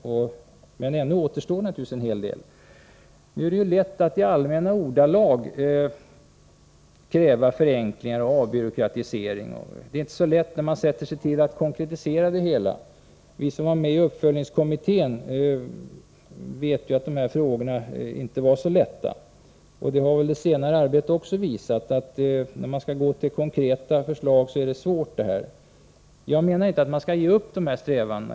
Ändå är det naturligtvis en hel del som återstår. Det är lätt att i allmänna ordalag kräva förenklingar och avbyråkratisering, men det är inte så lätt att sätta sig ner och konkretisera det hela. Vi som var med i uppföljningskommittén vet att de här frågorna inte är så enkla. Det senare arbetet har också visat att det är svårt att komma fram till konkreta förslag. Jag menar inte att man skall ge upp de här strävandena.